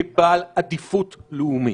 כבעל עדיפות לאומית.